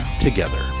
together